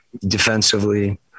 defensively